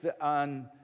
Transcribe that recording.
on